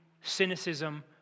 cynicism